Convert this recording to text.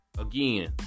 Again